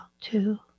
Two